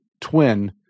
Twin